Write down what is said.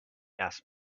asked